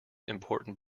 important